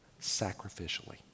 sacrificially